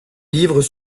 livres